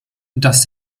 dass